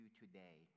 today